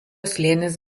slėnis